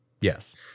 Yes